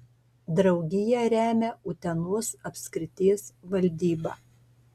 draugiją remia utenos apskrities valdyba